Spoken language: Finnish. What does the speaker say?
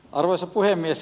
arvoisa puhemies